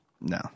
no